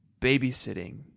babysitting